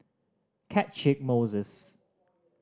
Catchick Moses